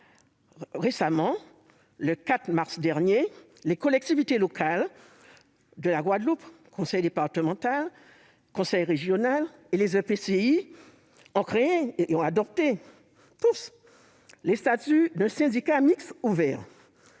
Ainsi, le 4 mars dernier, les collectivités locales de la Guadeloupe- le conseil départemental, le conseil régional et des EPCI -ont adopté les statuts d'un syndicat mixte ouvert.